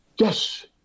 Yes